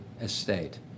estate